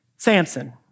Samson